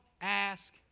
ask